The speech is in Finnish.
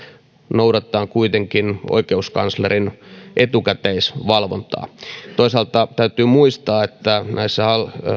noudatetaan kuitenkin oikeuskanslerin etukäteisvalvontaa toisaalta täytyy muistaa että näissä